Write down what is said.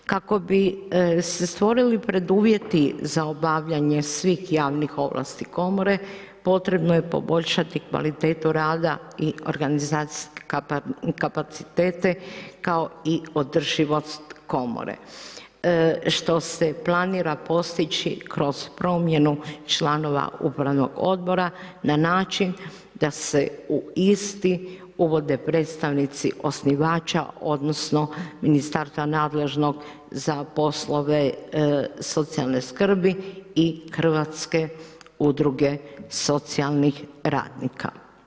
Kako bi se stvorili preduvjeti za obavljanje svih javnih ovlasti komore, potrebno je poboljšati kvalitetu rada i organizacijske kapacitete kao i održivost komore što se planira postići kroz promjenu članova upravnog odbora na način da se u isti uvode predstavnici osnivača, odnosno, ministarstva nadležnog za poslove socijalne skrbi i Hrvatske udruge socijalnih radnika.